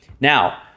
Now